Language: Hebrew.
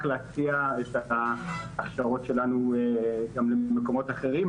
להציע את ההכשרות שלנו גם למקומות אחרים.